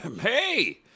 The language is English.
Hey